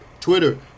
Twitter